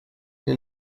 que